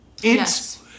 Yes